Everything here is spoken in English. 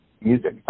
music